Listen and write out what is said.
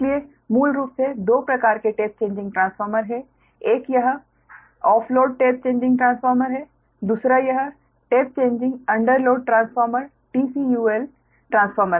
इसलिए मूल रूप से दो प्रकार के टेप चेंजिंग ट्रांसफार्मर हैं एक यह off load tap changing transformer है दूसरा यह tap changing under load transformer TCUL transformer है